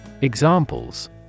Examples